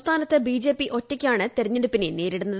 സംസ്ഥാനത്ത് B J P ഒറ്റയ്ക്കാണ് തെരഞ്ഞെടുപ്പിനെ നേരിടുന്നത്